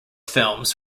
films